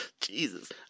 Jesus